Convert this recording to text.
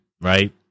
right